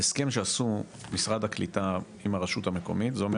ההסכם שעשו משרד הקליטה עם הרשות המקומית זה אומר